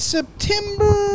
September